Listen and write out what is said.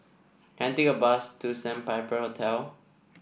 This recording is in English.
can I take a bus to Sandpiper Hotel